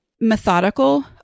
methodical